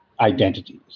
identities